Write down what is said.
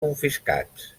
confiscats